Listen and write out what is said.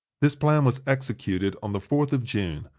this plan was executed on the fourth of june,